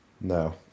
No